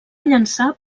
llançar